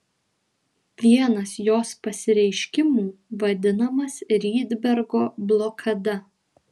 vienas jos pasireiškimų vadinamas rydbergo blokada